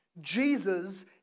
Jesus